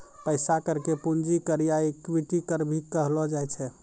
पैसा कर के पूंजी कर या इक्विटी कर भी कहलो जाय छै